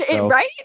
right